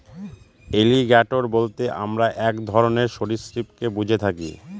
alligator বলতে আমরা এক ধরনের সরীসৃপকে বুঝে থাকি